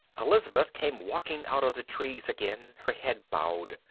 elizabeth came walking out of the trees again, her head bowed.